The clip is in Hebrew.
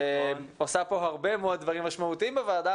שעושה פה הרבה מאוד דברים משמעותיים בוועדה.